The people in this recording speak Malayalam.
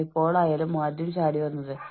നിങ്ങൾക്ക് സ്ഥാപനവുമായി ബന്ധം തോന്നും